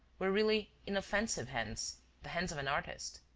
were really inoffensive hands, the hands of an artist.